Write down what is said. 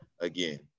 again